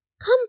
Come